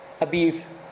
abuse